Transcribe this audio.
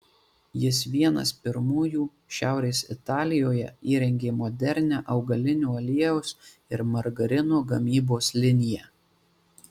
jis vienas pirmųjų šiaurės italijoje įrengė modernią augalinio aliejaus ir margarino gamybos liniją